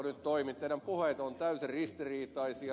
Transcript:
teidän puheenne ovat täysin ristiriitaisia